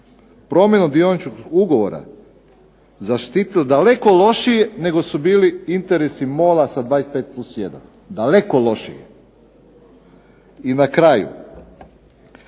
promjenu dioničkog ugovora zaštitili daleko lošije nego što su bili interesi MOL-a sa 25 plus jedan, daleko lošiji. I na kraju,